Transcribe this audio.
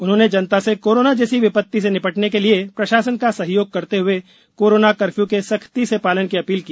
उन्होंने जनता से कोरोना जैसी विपत्ति से निपटने के लिये प्रशासन का सहयोग करते हुए कोरोना कर्फ्यू के सख्ती से पालन की अपील की